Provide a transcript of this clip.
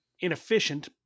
inefficient